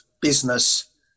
business